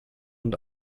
und